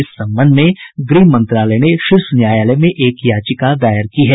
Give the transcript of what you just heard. इस संबंध में गृह मंत्रालय ने शीर्ष न्यायालय में एक याचिका दायर की है